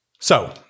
So-